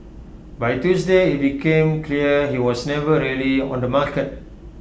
by Tuesday IT became clear he was never really on the market